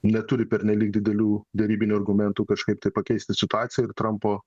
neturi pernelyg didelių derybinių argumentų kažkaip tai pakeisti situaciją ir trampo